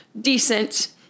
decent